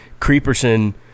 creeperson